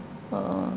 uh